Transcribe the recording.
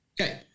Okay